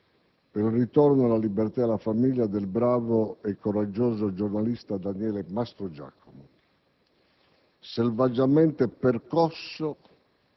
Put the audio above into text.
per il ritorno alla libertà e alla famiglia del bravo e coraggioso giornalista Daniele Mastrogiacomo, selvaggiamente percosso,